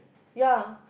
ya